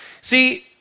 See